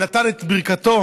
נתן את ברכתו,